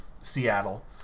Seattle